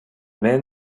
men